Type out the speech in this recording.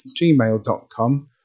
gmail.com